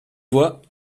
voie